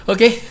Okay